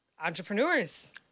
entrepreneurs